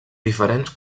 diferents